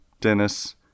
Dennis